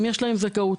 אם יש להם זכאות.